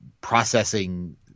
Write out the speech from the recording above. processing